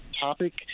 topic